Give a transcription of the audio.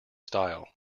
style